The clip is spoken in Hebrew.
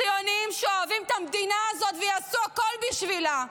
ציונים שאוהבים את המדינה הזאת ויעשו הכול בשבילה.